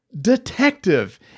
Detective